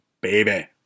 baby